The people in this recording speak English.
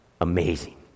amazing